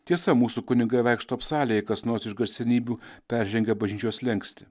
tiesa mūsų kunigai vaikšto apsalę kas nors iš garsenybių peržengia bažnyčios slenkstį